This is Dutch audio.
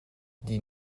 die